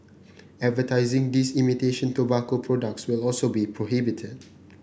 advertising these imitation tobacco products will also be prohibited